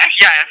yes